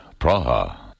Praha